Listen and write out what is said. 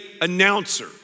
announcer